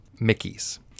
Mickey's